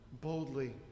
boldly